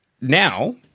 Now